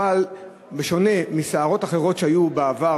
אבל בשונה מסערות אחרות שהיו בעבר,